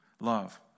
Love